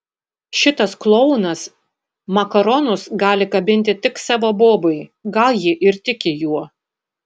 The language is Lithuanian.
šitas klounas makaronus gali kabinti tik savo bobai gal ji ir tiki juo